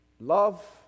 Love